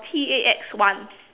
T A X one